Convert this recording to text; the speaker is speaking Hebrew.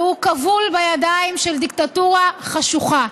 והוא כבול בידיים של דיקטטורה חשוכה.